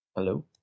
Hello